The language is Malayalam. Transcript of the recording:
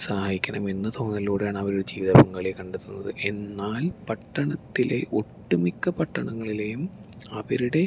സഹായിക്കണം എന്ന തോന്നലോടെയാണ് അവർ ജീവിതപങ്കാളിയെ കണ്ടെത്തുന്നത് എന്നാൽ പട്ടണത്തിലെ ഒട്ടു മിക്ക പട്ടണങ്ങളിലെയും അവരുടെ